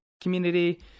community